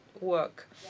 work